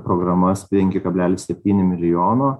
programas penki kablelis septyni milijono